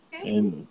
Okay